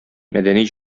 мәдәни